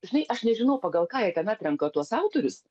žinai aš nežinau pagal ką jie ten atrenka tuos autorius